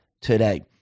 today